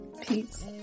Peace